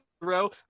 throw